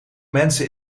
mensen